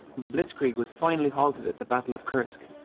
the blitzkrieg was finally halted at the battle of kursk,